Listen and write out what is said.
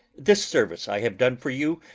this service i have done for you,